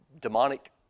demonic